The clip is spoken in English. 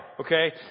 Okay